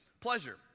pleasure